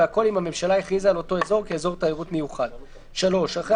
והכול אם הממשלה הכריזה על אותו אזור כאזור תיירות מיוחד,"; (3)אחרי